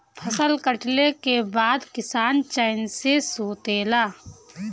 फसल कटले के बाद किसान चैन से सुतेला